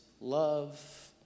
love